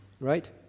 right